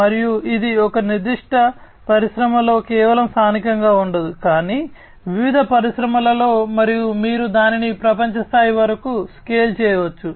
మరియు ఇది ఒక నిర్దిష్ట పరిశ్రమలో కేవలం స్థానికంగా ఉండదు కానీ వివిధ పరిశ్రమలలో మరియు మీరు దానిని ప్రపంచ స్థాయి వరకు స్కేల్ చేయవచ్చు